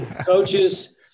coaches